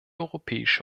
europäische